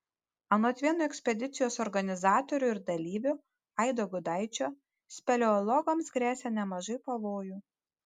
anot vieno ekspedicijos organizatorių ir dalyvių aido gudaičio speleologams gresia nemažai pavojų